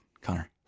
Connor